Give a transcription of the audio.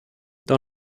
dans